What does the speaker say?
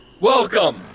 Welcome